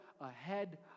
ahead